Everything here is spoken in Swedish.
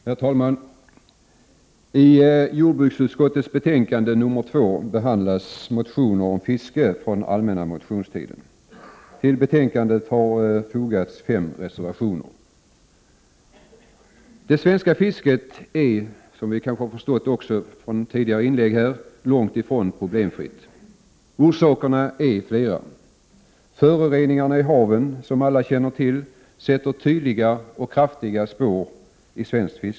Herr talman! I jordbruksutskottets betänkande nr 2 behandlas motioner från allmänna motionstiden i januari 1988 om fiske. Till betänkandet har fogats 5 reservationer. Det svenska fisket är — som vi förstått av tidigare inlägg — långt ifrån problemfritt. Orsakerna är flera. Föroreningarna i haven som alla känner till sätter tydliga och kraftiga spår i svenskt fiske.